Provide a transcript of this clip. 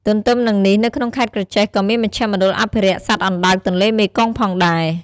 ទន្ទឹមនឹងនេះនៅក្នុងខេត្តក្រចេះក៏មានមជ្ឈមណ្ឌលអភិរក្សសត្វអណ្ដើកទន្លេមេគង្គផងដែរ ។